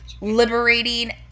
liberating